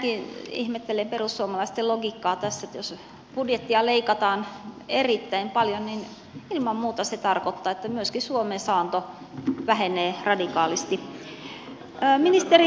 minäkin ihmettelen perussuomalaisten logiikkaa tässä että jos budjettia leikataan erittäin paljon niin ilman muuta se tarkoittaa sitä että myöskin suomen saanto vähenee radikaalisti